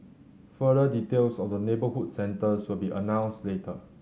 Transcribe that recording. further details of the neighbourhood centres will be announced later